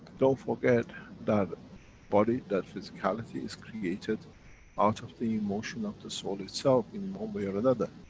don't forget that body, that physicality is created out of the emotion of the soul itself, in one way or another.